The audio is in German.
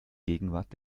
gegenwart